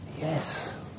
Yes